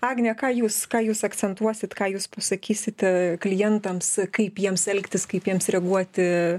agne ką jūs ką jūs akcentuosit ką jūs pasakysite klientams kaip jiems elgtis kaip jiems reaguoti